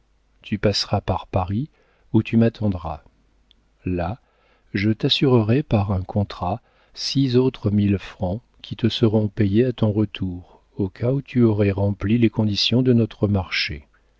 tu passeras par paris où tu m'attendras là je t'assurerai par un contrat six autres mille francs qui te seront payés à ton retour au cas où tu aurais rempli les conditions de notre marché